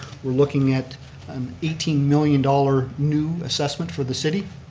we're looking at an eighteen million dollar new assessment for the city.